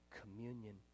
communion